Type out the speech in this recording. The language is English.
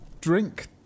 drink